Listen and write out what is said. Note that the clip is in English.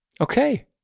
Okay